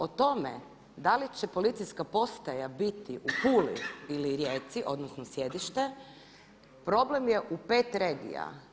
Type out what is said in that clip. O tome da li će policijska postaja biti u Puli ili Rijeci, odnosno sjedište problem je u 5 regija.